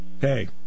Hey